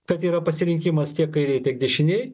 kad yra pasirinkimas tiek kairėj tiek dešinėj